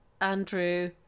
Andrew